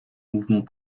mouvement